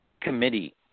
committee